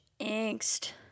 angst